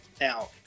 Now